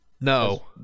No